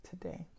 today